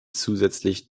zusätzlich